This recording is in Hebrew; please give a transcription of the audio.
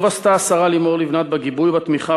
טוב עשתה השרה לימור לבנת בגיבוי ובתמיכה